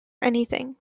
anything